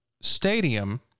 stadium